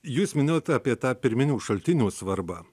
jūs minėjot apie tą pirminių šaltinių svarbą